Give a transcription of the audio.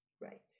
Right